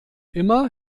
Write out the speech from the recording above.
immer